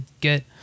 get